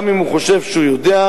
גם אם הוא חושב שהוא יודע,